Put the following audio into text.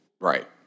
right